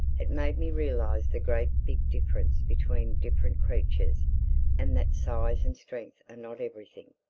it made me realize the great big difference between different creatures and that size and strength are not everything.